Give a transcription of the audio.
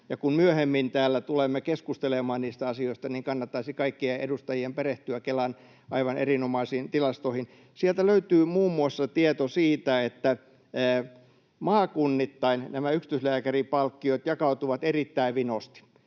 kun myöhemmin täällä tulemme keskustelemaan niistä asioista, niin kannattaisi kaikkien edustajien perehtyä Kelan aivan erinomaisiin tilastoihin. Sieltä löytyy muun muassa tieto siitä, että maakunnittain nämä yksityislääkärinpalkkiot jakautuvat erittäin vinosti.